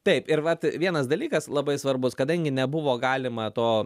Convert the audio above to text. taip ir vat vienas dalykas labai svarbus kadangi nebuvo galima to